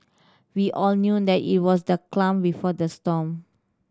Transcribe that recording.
we all knew that it was the clam before the storm